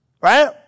Right